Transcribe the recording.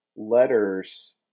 Letters